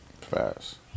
Fast